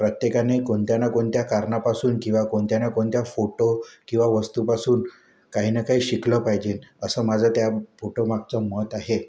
प्रत्येकाने कोणत्या ना कोणत्या कारणापासून किंवा कोणत्या ना कोणत्या फोटो किंवा वस्तूपासून काही ना काही शिकलं पाहिजे असं माझं त्या फोटो मागचं मत आहे